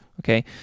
okay